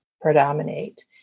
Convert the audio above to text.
predominate